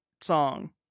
song